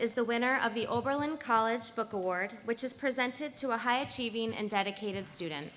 is the winner of the oberlin college book award which is presented to a high achieving and dedicated student